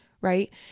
right